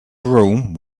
rome